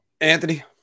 Anthony